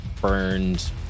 burned